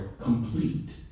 complete